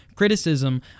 criticism